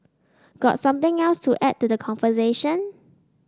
got something else to add to the conversation